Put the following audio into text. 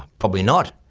probably not,